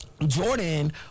Jordan